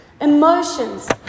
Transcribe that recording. Emotions